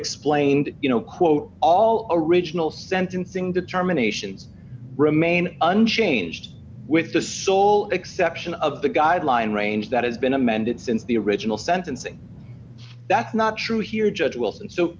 explained you know quote all original sentencing determinations remain unchanged with the sole exception of the guideline range that has been amended since the original sentencing that's not true here judge wilson so